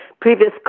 previous